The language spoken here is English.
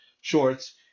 shorts